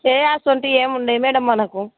ఏ అటువంటివి ఏమి ఉండవు మ్యాడమ్ మనకు